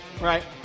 Right